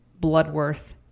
Bloodworth